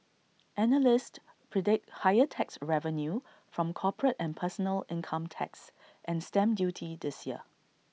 analysts predict higher tax revenue from corporate and personal income tax and stamp duty this year